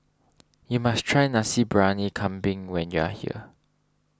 you must try Nasi Briyani Kambing when you are here